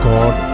God